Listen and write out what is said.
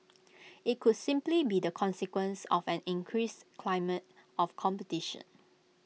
IT could simply be the consequence of an increased climate of competition